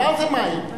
מה זה "מהן"?